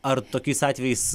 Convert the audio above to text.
ar tokiais atvejais